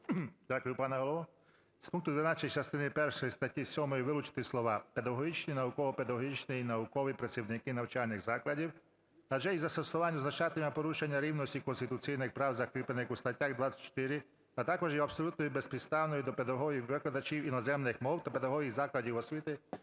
Дякую, пане Голово. З пункту 12 частини першої статті 7 вилучити слова: "педагогічні, науково-педагогічні й наукові працівники навчальних закладів, адже її застосування означатиме порушення рівності конституційних прав, закріплених у статті 24, а також є абсолютною безпідставною до педагогів викладачів іноземних мов та педагогів закладів освіти,